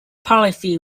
policies